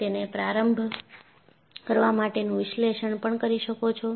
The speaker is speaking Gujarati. તેને પ્રારંભ કરવા માટેનું વિશ્લેષણ પણ કરી શકો છો